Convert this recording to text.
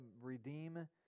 redeem